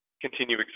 continue